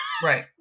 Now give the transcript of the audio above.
Right